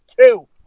two